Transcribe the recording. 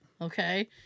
okay